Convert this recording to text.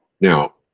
Now